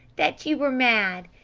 that you were mad!